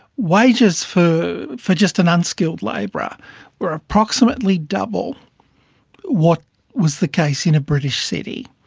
wages for for just an unskilled labourer were approximately double what was the case in a british city.